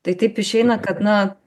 tai taip išeina kad na